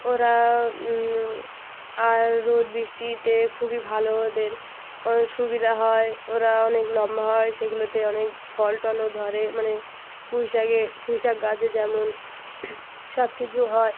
ওরা আর রোদ বৃষ্টিতে খুবই ভালো ওদের সুবিধা হয় ওরা অনেক লম্বা হয় সেগুলোতে অনেক ফল টলও ধরে মানে পুঁইশাকে পুঁইশাক গাছে যেমন সব কিছু হয়